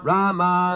Rama